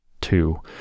two